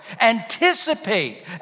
Anticipate